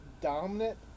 dominant